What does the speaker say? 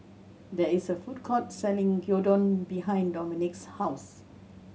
there is a food court selling Gyudon behind Dominque's house